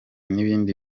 n’ibindi